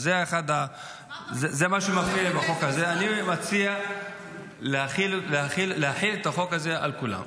אני מציע להחיל את החוק הזה על כולם.